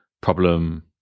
problem